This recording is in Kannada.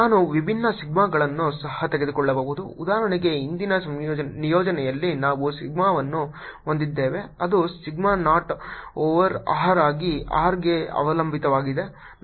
ನಾನು ವಿಭಿನ್ನ ಸಿಗ್ಮಾಗಳನ್ನು ಸಹ ತೆಗೆದುಕೊಳ್ಳಬಹುದು ಉದಾಹರಣೆಗೆ ಹಿಂದಿನ ನಿಯೋಜನೆಯಲ್ಲಿ ನಾವು ಸಿಗ್ಮಾವನ್ನು ಹೊಂದಿದ್ದೇವೆ ಅದು ಸಿಗ್ಮಾ ನಾಟ್ ಓವರ್ r ಆಗಿ r ಗೆ ಅವಲಂಬಿತವಾಗಿದೆ